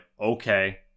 okay